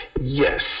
Yes